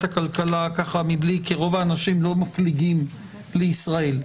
הכלכלה כי רוב האנשים לא מפליגים לישראל.